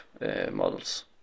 models